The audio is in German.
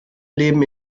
leben